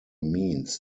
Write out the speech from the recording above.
means